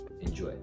Enjoy